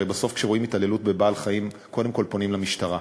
הרי בסוף כשרואים התעללות בבעל-חיים קודם כול פונים למשטרה.